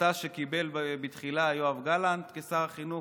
החלטה שקיבל בתחילה יואב גלנט כשר החינוך,